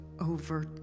over